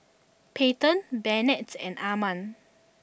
Payton Bennett and Arman